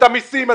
את המסים,